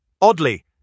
Oddly